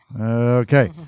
Okay